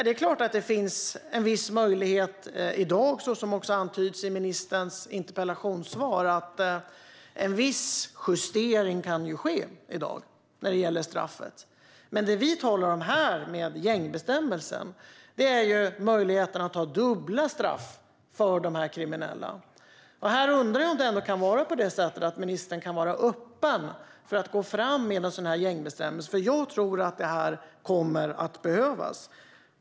Det är klart att det finns en viss möjlighet, som också antyds i ministerns interpellationssvar, att en viss justering av straffet kan ske i dag. Men en gängbestämmelse, som vi talar om här, ger möjlighet att ha dubbla straff för dessa kriminella, och jag undrar ändå om ministern kan vara öppen för att gå fram med en sådan gängbestämmelse, för jag tror att det kommer att behövas.